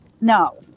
no